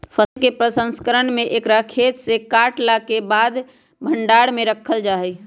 फसल के प्रसंस्करण में एकरा खेतसे काटलाके बाद भण्डार में राखल जाइ छइ